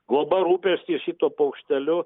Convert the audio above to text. globa rūpestis šituo paukšteliu